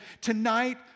tonight